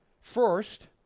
First